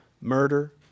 murder